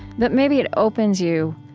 but maybe it opens you